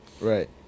right